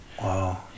Wow